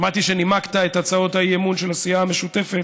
שמעתי שנימקת את הצעות האי-אמון של הסיעה המשותפת